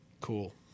Cool